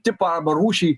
tipą arba rūšį